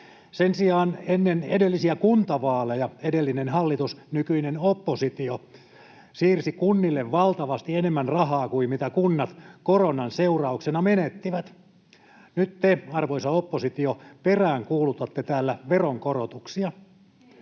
Sen sijaan ennen edellisiä kuntavaaleja edellinen hallitus, nykyinen oppositio, siirsi kunnille rahaa valtavasti enemmän kuin mitä kunnat koronan seurauksena menettivät. Nyt te, arvoisa oppositio, peräänkuulutatte täällä veronkorotuksia.